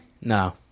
no